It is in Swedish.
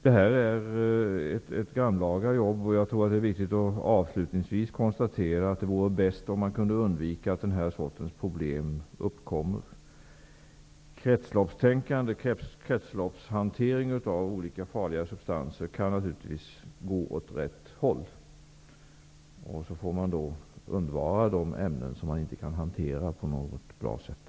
Detta är ett grannlaga jobb, och jag tror att det är viktigt att avslutningsvis konstatera att det vore bäst om man kunde undvika att denna sorts problem uppkommer. Kretsloppshantering av olika farliga substanser kan naturligtivs gå åt rätt håll, och då får man undvara de ämnen som man inte kan hantera på något bra sätt.